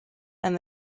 and